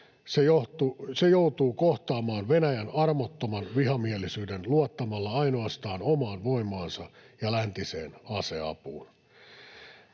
Se joutuu kohtaamaan Venäjän armottoman vihamielisyyden luottamalla ainoastaan omaan voimaansa ja läntiseen aseapuun.